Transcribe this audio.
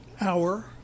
hour